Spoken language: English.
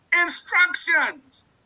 Instructions